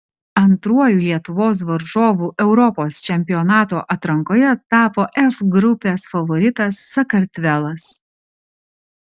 antruoju lietuvos varžovu europos čempionato atrankoje tapo f grupės favoritas sakartvelas